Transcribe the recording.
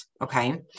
okay